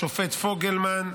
השופט פוגלמן,